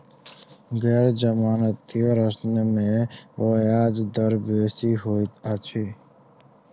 गैर जमानती ऋण में ब्याज दर बेसी होइत अछि